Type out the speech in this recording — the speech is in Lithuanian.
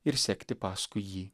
ir sekti paskui jį